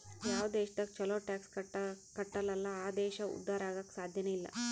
ಯಾವ್ ದೇಶದಾಗ್ ಛಲೋ ಟ್ಯಾಕ್ಸ್ ಕಟ್ಟಲ್ ಅಲ್ಲಾ ಆ ದೇಶ ಉದ್ಧಾರ ಆಗಾಕ್ ಸಾಧ್ಯನೇ ಇಲ್ಲ